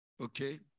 Okay